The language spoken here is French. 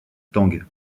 tang